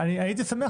הייתי שמח,